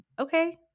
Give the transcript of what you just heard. Okay